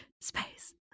Space